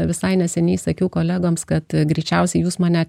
visai neseniai sakiau kolegoms kad e greičiausiai jūs mane